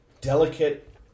Delicate